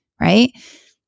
Right